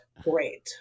great